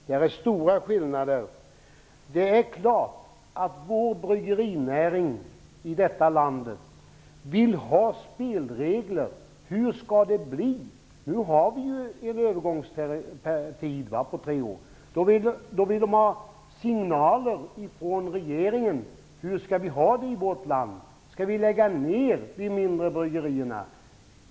Det är stora skillnader. Det är klart att bryggerinäringen i detta land vill ha spelregler. Nu har vi ju en övergångstid på tre år, och man vill då ha signaler från regeringen om hur vi skall ha det i vårt land. Skall vi lägga ned de mindre bryggerierna?